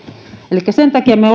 elikkä sen takia me